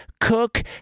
cook